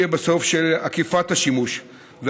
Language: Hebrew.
אני כמובן אדגיש את העניין של החקלאים,